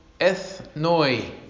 ethnoi